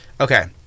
okay